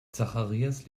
zacharias